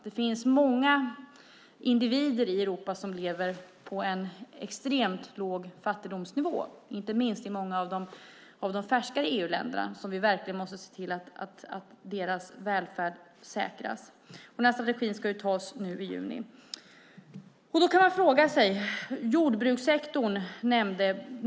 Det finns många individer i Europa som lever i extrem fattigdom, inte minst i många av de färskare EU-länderna, och vi måste se till att deras välfärd säkras. Den här strategin ska tas nu i juni. Börje Vestlund nämnde jordbrukssektorn.